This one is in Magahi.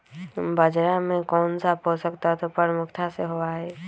बाजरा में कौन सा पोषक तत्व प्रमुखता से होबा हई?